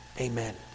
Amen